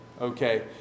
okay